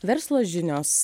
verslo žinios